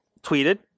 tweeted